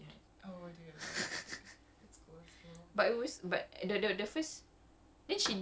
nine I'm not very sure what's going on I'm definitely at least two counts behind